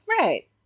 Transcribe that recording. Right